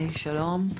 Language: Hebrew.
שלום.